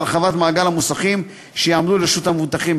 להרחבת מעגל המוסכים שיעמדו לרשות המבוטחים.